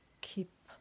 keep